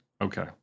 Okay